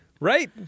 Right